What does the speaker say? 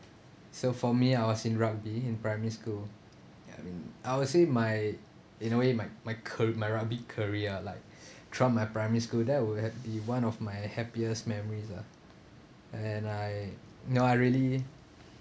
so for me I was in rugby in primary school ya I mean I would say my you know it my my carr~ my rugby career like throughout my primary school that will ha~ be one of my happiest memories ah and I no I really